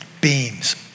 beams